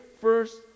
first